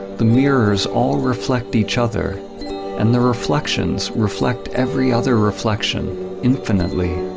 the mirrors all reflect each other and the reflections reflect every other reflection infinitely.